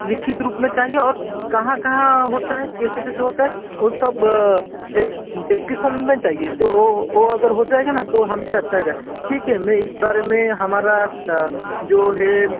लिखित रूप में चाहिए और कहाँ कहाँ होता है कैसे कैसे होता है ओ सब डिस्क्रिप्शन में चाहिए तो ओ ओ अगर हो जाएगा ना तो हमसे अच्छा हेगा ठीक है मैं इस बारे में हमारा जो है